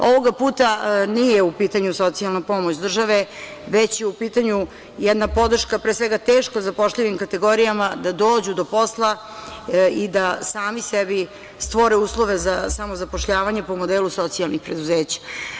Ovoga puta nije u pitanju socijalna pomoć države, već je u pitanju jedna podrška, pre svega, teško zapošljivim kategorijama da dođu do posla i da sami sebi stvore uslove za samozapošljavanje po modelu socijalnih preduzeća.